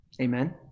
Amen